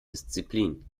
disziplin